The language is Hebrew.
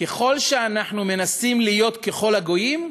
ככל שאנחנו מנסים להיות ככל הגויים,